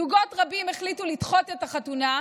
זוגות רבים החליטו לדחות את החתונה,